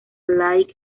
like